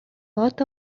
lot